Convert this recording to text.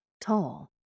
Tall